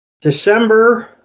December